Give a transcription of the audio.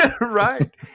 Right